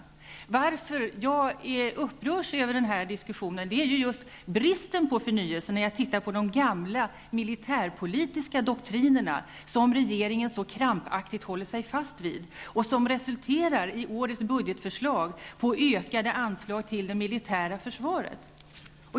Anledningen till att jag upprörs över den här diskussionen är dock bristen på förnyelse. Regeringen håller sig krampaktigt fast vid gamla militärpolitiska doktriner, som i årets budgetförslag resulterar i ökade anslag till det militära försvaret.